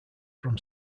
from